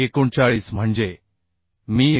39 म्हणजे मी 1